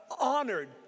honored